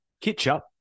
Ketchup